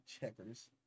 checkers